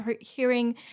hearing